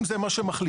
אם זה מה שמחליטים,